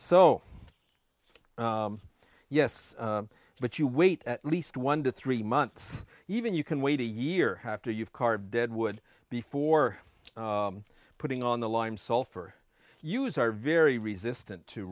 so yes but you wait at least one to three months even you can wait a year after you've carved dead wood before putting on the lime sulphur use are very resistant to